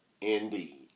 indeed